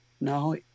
no